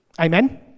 amen